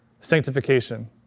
sanctification